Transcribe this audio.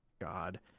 God